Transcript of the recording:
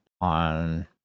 on